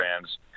fans